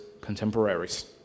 contemporaries